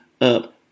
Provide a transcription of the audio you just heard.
up